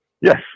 Yes